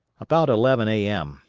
about eleven a m,